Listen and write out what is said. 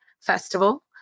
festival